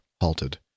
halted